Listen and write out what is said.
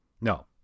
No